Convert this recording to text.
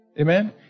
Amen